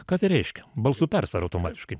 ką tai reiškia balsų persvara automatiškai